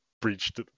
breached